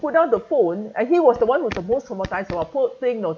put down the phone and he was the one who's the most traumatised poor thing you know